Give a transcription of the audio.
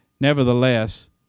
nevertheless